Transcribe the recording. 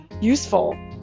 useful